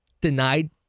denied